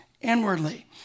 inwardly